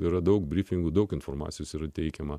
yra daug brifingų daug informacijos ir suteikiama